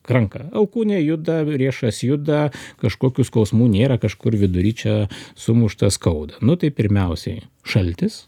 ranka alkūnė juda riešas juda kažkokių skausmų nėra kažkur vidury čia sumušta skauda nu tai pirmiausiai šaltis